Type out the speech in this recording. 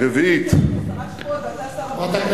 שביתת הרופאים מתמשכת עשרה שבועות ואתה שר הבריאות.